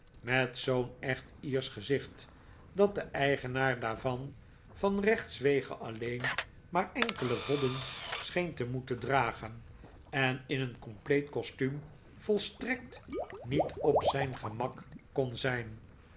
met zoo'n echt iersch gezicht dat de eigenaar daarvan van rechtswege alleen maar enkele vodden scheen te moeten dragen en in een compleet costuum volstrekt niet op zijn gemak kon zijn